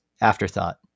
afterthought